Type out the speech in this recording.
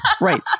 Right